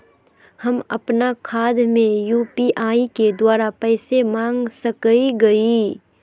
हम अपन खाता में यू.पी.आई के द्वारा पैसा मांग सकई हई?